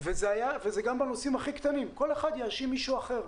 וזה גם בנושאים הכי קטנים כל אחד יאשים מישהו אחר.